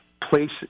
place